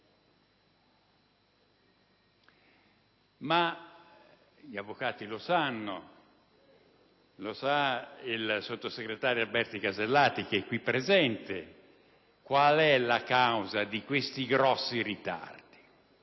Gli avvocati sanno, come lo sa il sottosegretario Alberti Casellati qui presente, qual è la causa di questi grossi ritardi: